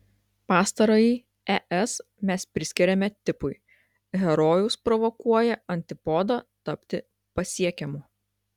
pastarąjį es mes priskiriame tipui herojus provokuoja antipodą tapti pasiekiamu